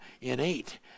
innate